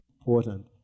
important